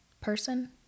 person